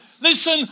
Listen